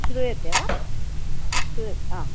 श्रूयते वा श्रूयते हा